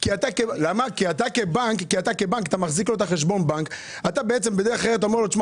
אתה כבנק מחזיק לו את חשבון הבנק ובעצם בדרך אחרת אומר לו קח